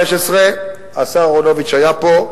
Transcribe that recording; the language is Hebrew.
השר אהרונוביץ היה פה.